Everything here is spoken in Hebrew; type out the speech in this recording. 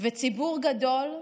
וציבור גדול,